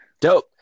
dope